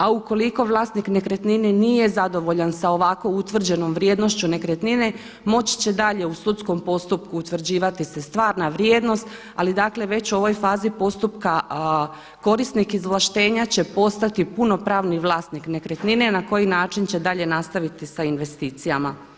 A ukoliko vlasnik nekretnine nije zadovoljan sa ovako utvrđenom vrijednošću nekretnine moći će dalje u sudskom postupku utvrđivati se stvarna vrijednost ali dakle već u ovoj fazi postupka korisnik izvlaštenja će postati punopravni vlasnik nekretnine na koji način će dalje nastaviti sa investicijama.